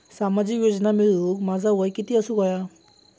सामाजिक योजना मिळवूक माझा वय किती असूक व्हया?